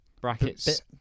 Brackets